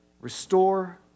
restore